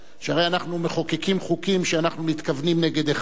שהרי אנחנו מחוקקים חוקים שאנחנו מתכוונים נגד אחד,